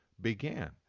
began